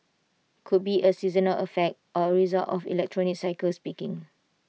could be A seasonal effect or A result of the electronics cycle's peaking